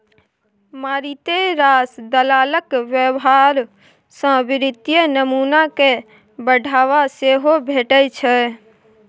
मारिते रास दलालक व्यवहार सँ वित्तीय नमूना कए बढ़ावा सेहो भेटै छै